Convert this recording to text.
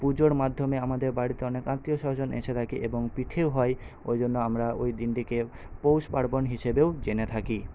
পূজোর মাধ্যমে আমাদের বাড়িতে অনেক আত্মীয়স্বজন এসে থাকে এবং পিঠেও হয় ওই জন্য আমরা ওই দিনটিকে পৌষ পার্বণ হিসেবেও জেনে থাকি